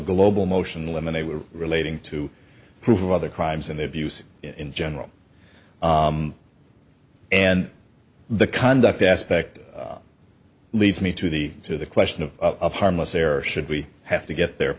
global motion in limine they were relating to prove other crimes and their views in general and the conduct aspect leads me to the to the question of harmless error should we have to get there